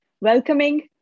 Welcoming